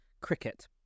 cricket